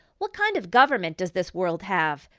what kind of government does this world have?